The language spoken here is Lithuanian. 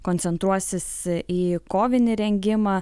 koncentruosis į kovinį rengimą